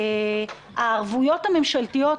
הערבויות הממשלתיות,